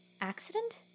accident